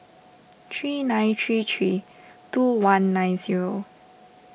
three nine three three two one nine zero